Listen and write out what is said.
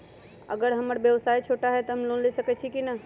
अगर हमर व्यवसाय छोटा है त हम लोन ले सकईछी की न?